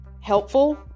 helpful